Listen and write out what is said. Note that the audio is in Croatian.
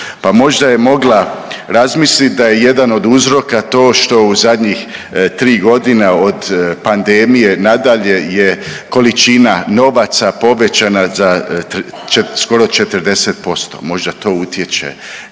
možda je mogla razmislit da je jedan od uzroka što u zadnjih tri godine od pandemije nadalje je količina novaca povećana za skoro 40%. Možda to utječe